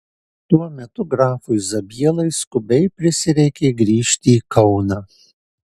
tuo metu grafui zabielai skubiai prisireikė grįžti į kauną